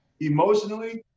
emotionally